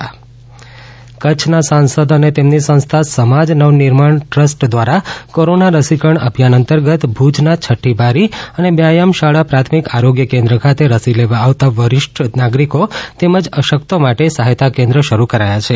corona રસીકરણ કચ્છના સાંસદ અને તેમની સંસ્થા સમાજ નવ નિર્માણ ટ્રસ્ટ દ્વારા કોરોના રસીકરણ અભિયાન અંતર્ગત ભુજના છઠ્ઠી બારી અને વ્યાયામ શાળા પ્રાથમિક આરોગ્ય કેન્દ્ર ખાતે રસી લેવા આવતા વરિષ્ઠો તેમજ અશક્તો માટે સહાયતા કેન્દ્ર શરૂ કરાયા છે